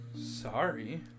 Sorry